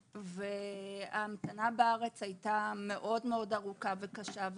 וההמתנה בארץ הייתה מאוד-מאוד ארוכה וקשה.